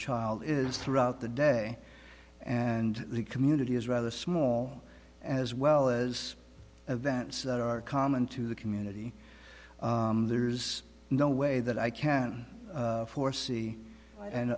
child is throughout the day and the community is rather small as well as events that are common to the community there is no way that i can foresee and